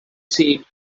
said